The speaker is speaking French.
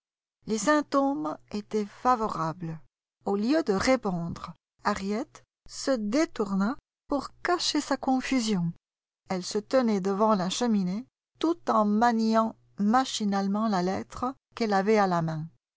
les symptômes étaient favorables au lieu de répondre harriet se détourna pour cacher sa confusion elle se tenait devant la cheminée tout en maniant machinalement la lettre qu'elle avait à la main